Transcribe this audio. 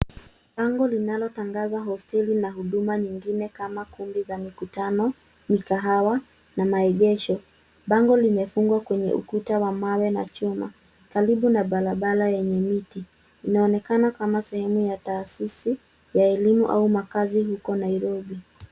Bango linalo tangaza hosteli na huduma nyingine kama kundi la mikutano, mikahawa na maegesho. Bango limefungwa kwenye ukuta wa mawe na chuma karibu na barabara yenye miti. Inaonekana kama sehemu ya taasisi ya elimu au makaazi huko Nairobi.